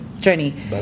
journey